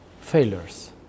failures